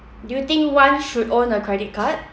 do you think one should own a credit card